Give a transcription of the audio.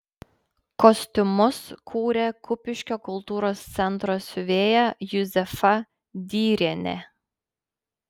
kostiumus kūrė kupiškio kultūros centro siuvėja juzefa dyrienė